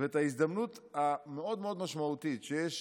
ואת ההזדמנות המאוד-מאוד משמעותית שיש